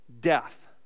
Death